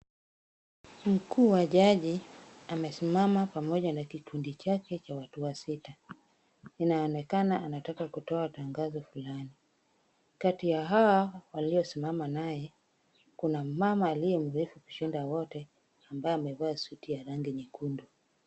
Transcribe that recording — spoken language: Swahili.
Mkuu wa jaji amesimama pamoja na kikundi chake cha watu wasita, inaonekana anataka kutoa tangazo fulani. Kati ya hao waliosimama naye kuna mama aliye mrefu kushinda wote ambaye amevaa suti ya rangi nyekundu.